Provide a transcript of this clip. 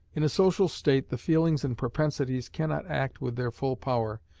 in a social state the feelings and propensities cannot act with their full power,